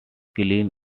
cleans